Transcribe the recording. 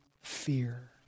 fear